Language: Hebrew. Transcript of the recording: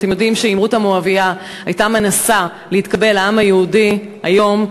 אתם יודעים שאם רות המואבייה הייתה מנסה להתקבל לעם היהודי היום,